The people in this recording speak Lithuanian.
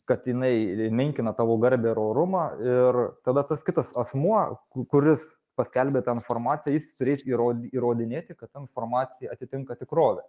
kad jinai menkina tavo garbę ir orumą ir tada tas kitas asmuo ku kuris paskelbė tą informaciją jis turės įrod įrodinėti kad ta informacija atitinka tikrovę